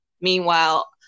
Meanwhile